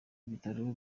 ibitaro